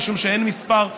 משום שאין מספר,